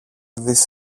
δεις